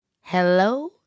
Hello